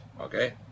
Okay